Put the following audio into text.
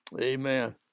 Amen